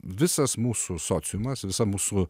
visas mūsų sociumas visa mūsų